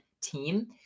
team